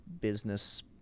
business